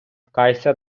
кайся